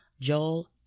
Joel